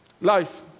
Life